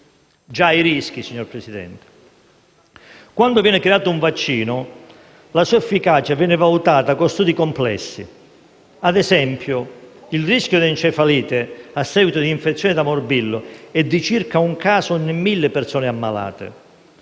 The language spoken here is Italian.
rischi. Signor Presidente, quando viene creato un vaccino la sua efficacia viene valutata con studi complessi: ad esempio, il rischio di encefalite a seguito di infezione da morbillo è di circa un caso ogni 1.000 persone ammalate;